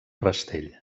rastell